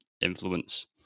influence